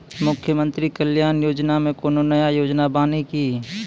मुख्यमंत्री कल्याण योजना मे कोनो नया योजना बानी की?